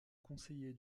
conseiller